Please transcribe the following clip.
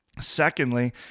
Secondly